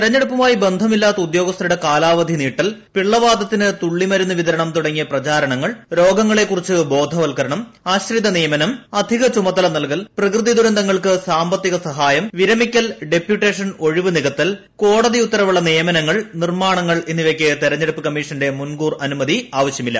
തെരഞ്ഞെടുപ്പുമായി ബന്ധമില്ലാത്ത ഉദ്യോഗസ്ഥരുടെ കാലാവധി നീട്ടൽ പിള്ളവാതത്തിന് തുള്ളിമരുന്ന് വിതരണും തുടങ്ങിയ പ്രചാരണങ്ങൾ രോഗങ്ങളെക്കുറിച്ച് ബ്രോ്ധ്വൽക്കരണം ആശ്രിത നിയമനം അധിക ചുമതല്ല് ന്ൽകൽ പ്രകൃതി ദുരന്തങ്ങൾക്ക് സാമ്പത്തിക സ്ഫ്ടായം വിരമിക്കൽ ഡെപ്യൂട്ടേഷൻ ഒഴിവ് നികൃത്തൽ കോടതി ഉത്തരവുള്ള നിയമനങ്ങൾ നിർമ്മാണങ്ങൾ ് എന്നിവയ്ക്ക് തെരഞ്ഞെടുപ്പ് കമ്മീഷന്റെ മുൻകൂർ അനു്മതി ആവശ്യമില്ല